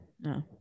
no